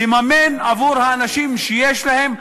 לממן עבור האנשים שיש להם,